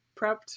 prepped